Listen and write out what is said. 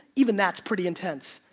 even that's pretty intense.